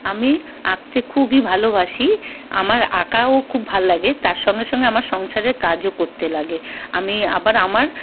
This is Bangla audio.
আমি আঁকতে খুবই ভালোবাসি আমার আঁকাও খুব ভাল লাগে তার সঙ্গে সঙ্গে আমার সংসারের কাজও করতে লাগে আমি আবার আমার